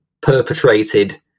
perpetrated